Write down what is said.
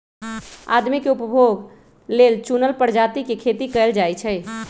आदमी के उपभोग लेल चुनल परजाती के खेती कएल जाई छई